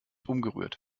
umgerührt